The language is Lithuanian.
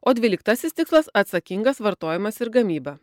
o dvyliktasis tikslas atsakingas vartojimas ir gamyba